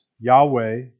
Yahweh